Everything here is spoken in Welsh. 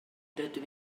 dydw